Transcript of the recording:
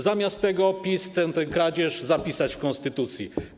Zamiast tego PiS chce tę kradzież zapisać w konstytucji.